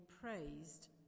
praised